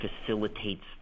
facilitates